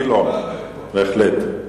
גילאון, בהחלט.